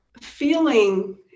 feeling